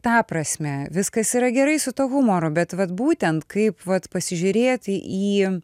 ta prasme viskas yra gerai su tuo humoru bet vat būtent kaip vat pasižiūrėt į